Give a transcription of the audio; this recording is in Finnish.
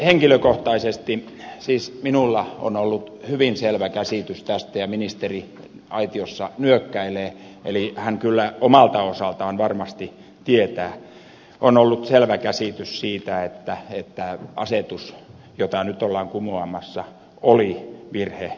henkilökohtaisesti minulla on ollut hyvin selvä käsitys tästä ja ministeri aitiossa nyökkäilee eli hän kyllä omalta osaltaan varmasti tietää on ollut selvä käsitys siitä että asetus jota nyt ollaan kumoamassa oli virheratkaisu